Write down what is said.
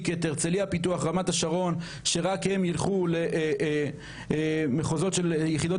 את הרצליה פיתוח ורמת השרון שרק הם ילכו למחוזות של יחידות